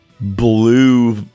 blue